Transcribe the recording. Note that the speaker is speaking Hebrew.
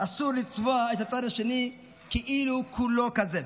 אסור לצבוע את הצד השני כאילו כולו כזה.